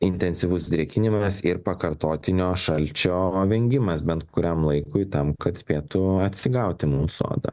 intensyvus drėkinimas ir pakartotinio šalčio o vengimas bent kuriam laikui tam kad spėtų atsigauti mūsų oda